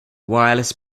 wireless